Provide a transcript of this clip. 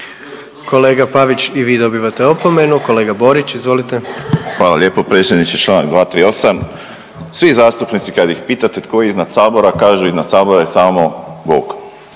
Kolega Pavić i vi dobivate opomenu. Kolega Borić, izvolite. **Borić, Josip (HDZ)** Hvala lijepo predsjedniče. Članak 238. Svi zastupnici kad ih pitate tko je iznad Sabora kažu iznad Sabora je samo bog.